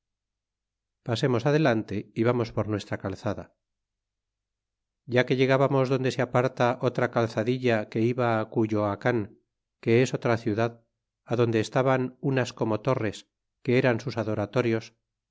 pasemos adelante y vamos por nuestra calzada ya que llegábamos donde se aparta otra calzadilla que iba á cuyoacan que es otra ciudad adonde estaban unas como torres que eran sus adoratorios